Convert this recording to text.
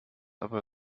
aber